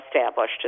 established